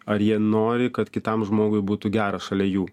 ar jie nori kad kitam žmogui būtų gera šalia jų